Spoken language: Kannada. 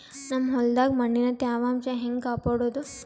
ನಮ್ ಹೊಲದಾಗ ಮಣ್ಣಿನ ತ್ಯಾವಾಂಶ ಹೆಂಗ ಕಾಪಾಡೋದು?